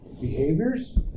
behaviors